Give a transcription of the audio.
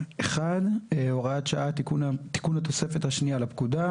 הוראת שעה - תיקון התוספת השנייה לפקודה.